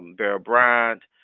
bear bryant,